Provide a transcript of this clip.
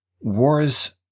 wars